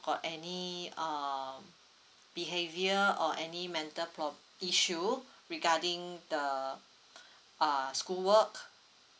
got any err behaviour or any mental pro~ issue regarding the uh school work